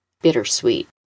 Bittersweet